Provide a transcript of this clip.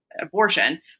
abortion